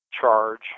charge